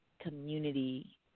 community